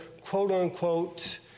quote-unquote